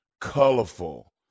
Colorful